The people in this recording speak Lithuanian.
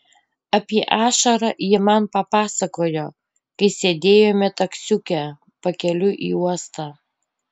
apie ašarą ji man papasakojo kai sėdėjome taksiuke pakeliui į uostą